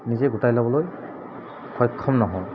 নিজে গোটাই ল'বলৈ সক্ষম নহয়